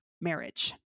marriage